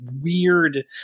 weird